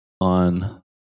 on